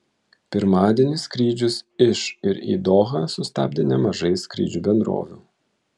pirmadienį skrydžius iš ir į dohą sustabdė nemažai skrydžių bendrovių